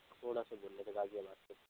کھوڑا سے بول رہے تھے غازی آباد سے